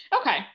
Okay